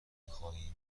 بخواهیم